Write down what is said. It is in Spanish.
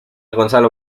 gonzalo